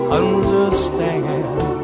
understand